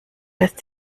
lässt